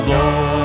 Lord